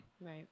Right